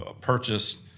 purchased